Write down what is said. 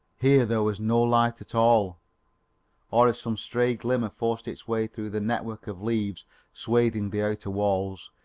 here there was no light at all or if some stray glimmer forced its way through the network of leaves swathing the outer walls,